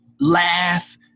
laugh